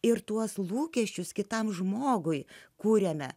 ir tuos lūkesčius kitam žmogui kūrėme